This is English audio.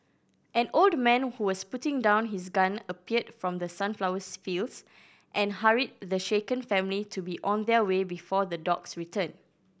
an old man who was putting down his gun appeared from the sunflowers fields and hurried the shaken family to be on their way before the dogs return